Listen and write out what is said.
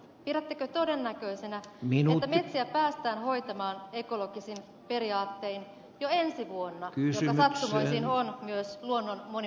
pidättekö todennäköisenä että metsiä päästään hoitamaan ekologisin periaattein jo ensi vuonna joka sattumoisin on myös luonnon monimuotoisuuden teemavuosi